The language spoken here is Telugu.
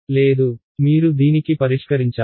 లేదు మీరు దీనికి పరిష్కరించారు